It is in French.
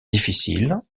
difficile